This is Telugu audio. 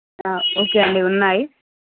ఓకే అండి ఉన్నాయి